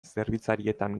zerbitzarietan